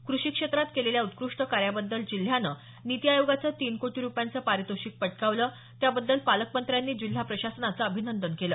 कृषी क्षेत्रात केलेल्या उत्कृष्ट कार्याबद्दल जिल्ह्यानं नीति आयोगाचं तीन कोटी रुपयांचं पारितोषिक पटकावलं त्याबद्दल पालकमंत्र्यांनी जिल्हा प्रशासनाचं अभिनंदन केलं